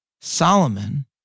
Solomon